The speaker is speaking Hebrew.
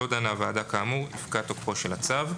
לא דנה הוועדה כאמור יפקע תוקפו של הצו.